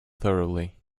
thoroughly